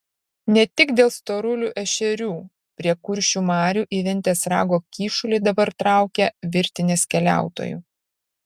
ne tik dėl storulių ešerių prie kuršių marių į ventės rago kyšulį dabar traukia virtinės keliautojų